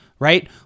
right